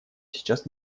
сейчас